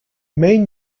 main